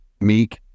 meek